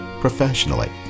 professionally